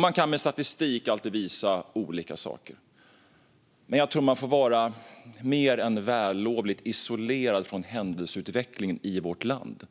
Man kan med statistik alltid visa olika saker, men jag tror att man får vara mer än lovligt isolerad från händelseutvecklingen i vårt land